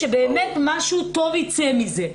שבאמת משהו טוב יצא מזה.